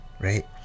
right